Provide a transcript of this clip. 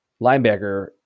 linebacker